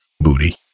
booty